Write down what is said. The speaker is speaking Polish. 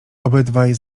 obydwaj